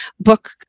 book